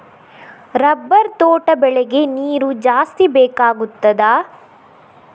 Rubber ತೋಟ ಬೆಳೆಗೆ ನೀರು ಜಾಸ್ತಿ ಬೇಕಾಗುತ್ತದಾ?